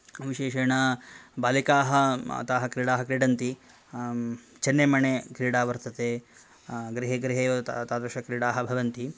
विशेषेण बालिकाः ताः क्रीडाः क्रीडन्ति चेन्नेमणे क्रीडा वर्तते गृहे गृहे एव तादृशक्रीडाः भवन्ति